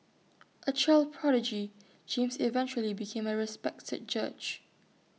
A child prodigy James eventually became A respected judge